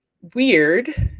weird,